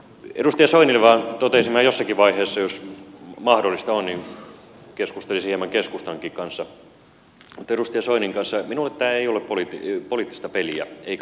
edustaja soinille toteaisin jossakin vaiheessa ja jos mahdollista on niin keskustelisin hieman keskustankin kanssa että minulle tämä ei ole poliittista peliä eikä puoluepolitikointia